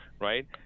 right